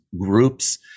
groups